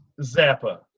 Zappa